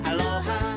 Aloha